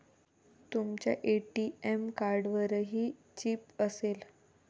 तुमच्या ए.टी.एम कार्डवरही चिप असेल